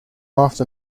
after